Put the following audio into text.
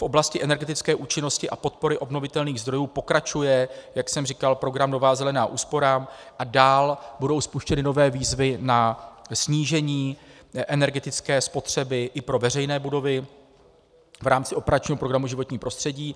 V oblasti energetické účinnosti a podpory obnovitelných zdrojů pokračuje, jak jsem říkal, program Nová zelená úsporám a dál budou spuštěny nové výzvy na snížení energetické spotřeby i pro veřejné budovy v rámci operačního programu Životní prostředí.